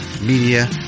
Media